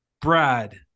Brad